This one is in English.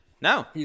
No